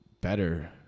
better